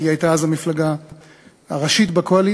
כי היא הייתה אז המפלגה הראשית בקואליציה.